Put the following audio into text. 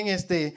este